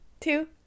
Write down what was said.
two